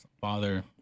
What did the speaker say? father